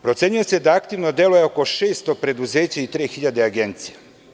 Procenjuje se da aktivno deluje oko 600 preduzeća i 3.000 agencija.